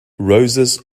roses